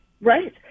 Right